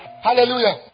Hallelujah